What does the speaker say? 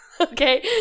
Okay